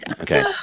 Okay